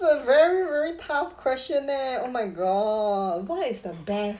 a very very tough question eh oh my god what is the best